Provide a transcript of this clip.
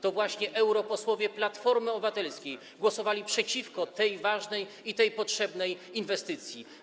To właśnie europosłowie Platformy Obywatelskiej głosowali przeciwko tej ważnej i potrzebnej inwestycji.